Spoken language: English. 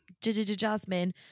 Jasmine